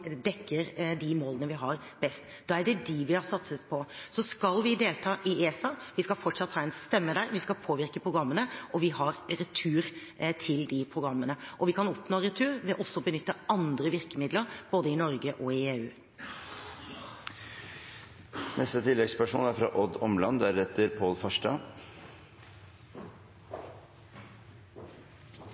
dekker de målene vi har, og da er det dem vi har satset på. Så skal vi delta i ESA, vi skal fortsatt ha en stemme der, vi skal påvirke programmene, og vi har retur til de programmene. Og vi kan oppnå retur ved også å bruke andre virkemidler, både i Norge og i